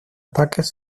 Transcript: ataques